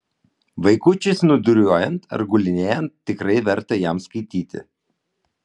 vaikučiui snūduriuojant ar gulinėjant tikrai verta jam skaityti